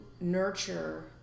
nurture